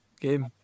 game